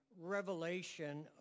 revelation